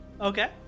Okay